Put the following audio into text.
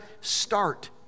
start